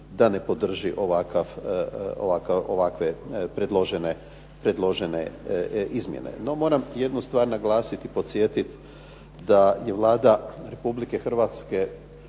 da ne podrži ovakve predložene izmjene. No, moram jednu stvar naglasiti i podsjetiti da je Vlada Republike Hrvatske